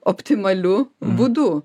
optimaliu būdu